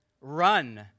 Run